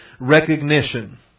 recognition